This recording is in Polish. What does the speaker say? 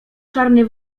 czarny